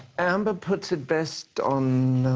amber puts it best on